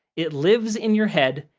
it lives in your head,